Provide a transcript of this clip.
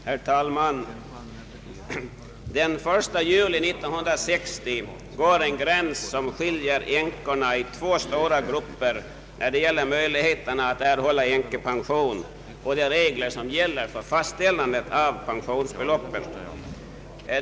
Herr talman! Den 1 juli 1960 går en gräns som skiljer änkorna i två stora grupper när det gäller möjligheterna att erhålla änkepensioner och de regler som gäller för fastställande av pensionsbeloppet.